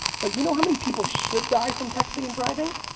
but you know how many people should die from texting and driving?